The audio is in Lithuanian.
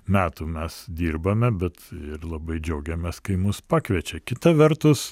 metų mes dirbame bet labai džiaugiamės kai mus pakviečia kita vertus